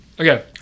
Okay